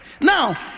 now